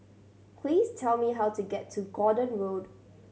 please tell me how to get to Gordon Road